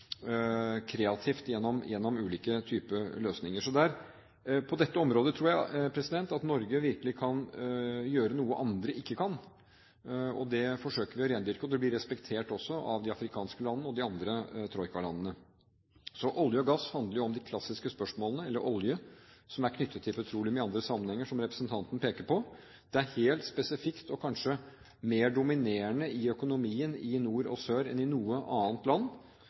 kreativt – gjennom ulike typer løsninger. Det er på dette området, tror jeg, Norge virkelig kan gjøre noe andre ikke kan. Det forsøker vi å rendyrke, og det blir respektert også av de afrikanske landene og de andre troikalandene. Olje handler om de klassiske spørsmålene som er knyttet til petroleum i andre sammenhenger, som representanten peker på. Det er helt spesifikt og kanskje mer dominerende i økonomien i nord og sør enn i noe annet land.